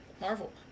Marvel